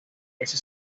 ese